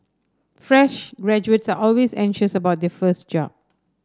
fresh graduates are always anxious about their first job